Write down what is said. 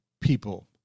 people